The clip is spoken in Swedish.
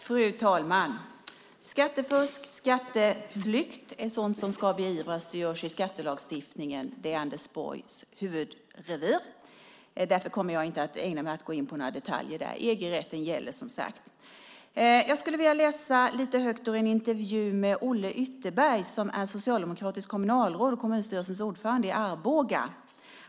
Fru talman! Skattefusk och skatteflykt är sådant som ska beivras enligt skattelagstiftningen, och det är Anders Borgs revir. Därför kommer jag inte att ägna mig åt några detaljer där. EG-rätten gäller som sagt. Jag skulle vilja läsa högt ur en intervju med Olle Ytterberg som är socialdemokratiskt kommunalråd och kommunstyrelsens ordförande i Arboga.